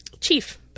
chief